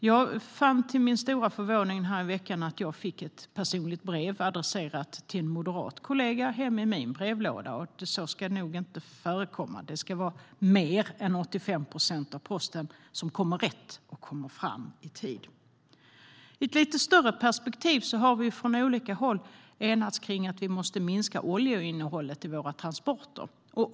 Jag fann till min förvåning häromveckan att jag fått ett personligt brev adresserat till en moderat kollega hem i min brevlåda. Sådant ska nog inte förekomma. Det ska vara mer än 85 procent av posten som kommer rätt och kommer fram i tid. I ett lite större perspektiv har vi från olika håll enats om att vi måste minska oljeinnehållet i våra transporter.